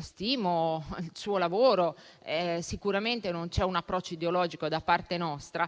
Stimo il suo lavoro e sicuramente non c'è un approccio ideologico da parte nostra.